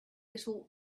little